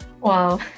wow